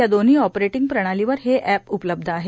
या दोन्ही ऑपरेटिंग प्रणालींवर हे अप्र उपलब्ध आहे